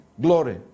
glory